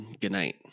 goodnight